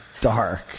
dark